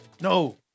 No